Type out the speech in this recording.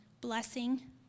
blessing